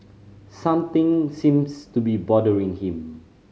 something seems to be bothering him